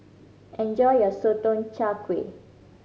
enjoy your Sotong Char Kway